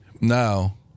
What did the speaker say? now